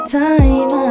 time